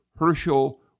Herschel